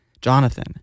Jonathan